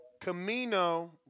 Camino